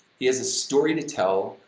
he has a story to tell,